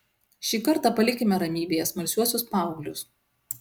šį kartą palikime ramybėje smalsiuosius paauglius